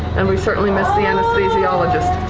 and we certainly miss the anesthesiologist.